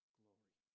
glory